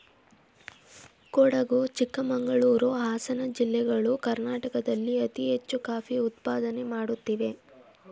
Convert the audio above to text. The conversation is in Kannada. ಕೊಡಗು ಚಿಕ್ಕಮಂಗಳೂರು, ಹಾಸನ ಜಿಲ್ಲೆಗಳು ಕರ್ನಾಟಕದಲ್ಲಿ ಅತಿ ಹೆಚ್ಚು ಕಾಫಿ ಉತ್ಪಾದನೆ ಮಾಡುತ್ತಿವೆ